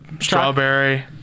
strawberry